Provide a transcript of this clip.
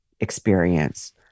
experience